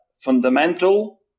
fundamental